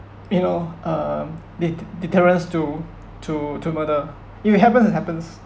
you know um det~ deterrence to to to murder if it happens it happens